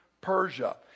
Persia